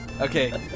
Okay